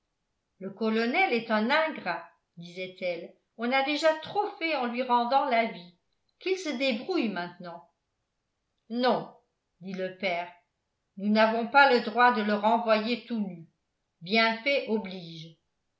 le colonel est un ingrat disait-elle on a déjà trop fait en lui rendant la vie qu'il se débrouille maintenant non dit le père nous n'avons pas le droit de le renvoyer tout nu bienfait oblige